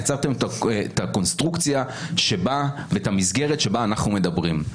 יצרתם את הקונסטרוקציה ואת המסגרת בה אנחנו מדברים.